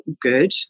good